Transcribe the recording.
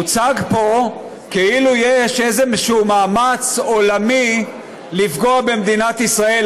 הוצג פה כאילו יש איזשהו מאמץ עולמי לפגוע במדינת ישראל,